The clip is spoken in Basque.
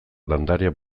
landarea